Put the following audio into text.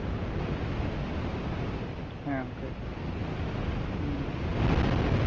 ᱦᱮᱸ ᱦᱮᱸ ᱜᱚᱢᱠᱮ ᱦᱮᱸ